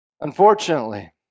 Unfortunately